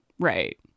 right